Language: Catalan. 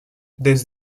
des